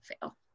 fail